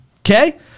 Okay